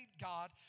God